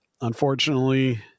unfortunately